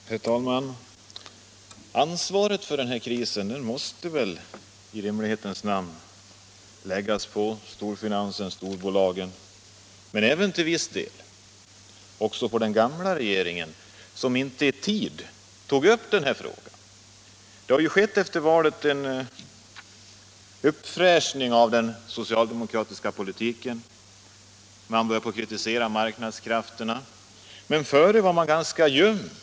Herr talman! Ansvaret för den här krisen måste väl i rimlighetens namn läggas på storfinansen, storbolagen, men till viss del också på den gamla regeringen, som inte i tid tog upp den här frågan. Det har efter valet skett en uppfräschning av den socialdemokratiska politiken. Man börjar kritisera marknadskrafterna, men före valet var man ganska ljum.